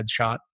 headshot